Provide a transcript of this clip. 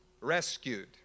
rescued